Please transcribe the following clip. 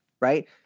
right